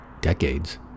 decades